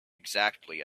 exactly